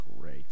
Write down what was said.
Great